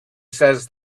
says